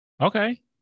Okay